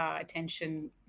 Attention